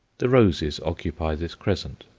the roses occupy this crescent.